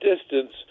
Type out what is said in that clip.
distance